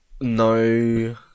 no